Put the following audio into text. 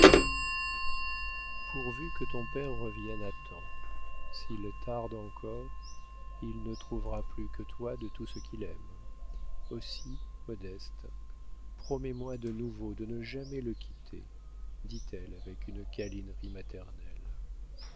pourvu que ton père revienne à temps s'il tarde encore il ne trouvera plus que toi de tout ce qu'il aime aussi modeste promets-moi de nouveau de ne jamais le quitter dit-elle avec une câlinerie maternelle